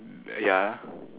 ya